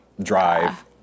drive